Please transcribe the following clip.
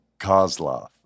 Kozlov